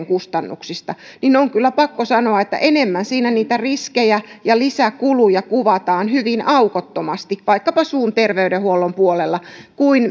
kustannuksista niin on kyllä pakko sanoa että enemmän siinä niitä riskejä ja lisäkuluja kuvataan hyvin aukottomasti vaikkapa suun terveydenhuollon puolella kuin